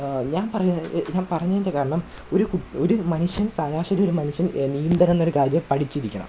ഞാന് പറഞ്ഞത് പറഞ്ഞതിൻ്റെ കാരണം ഒരു ഒരു മനുഷ്യൻ ശരാശരി ഒരു മനുഷ്യൻ നീന്തൽ എന്നൊരു കാര്യം പഠിച്ചിരിക്കണം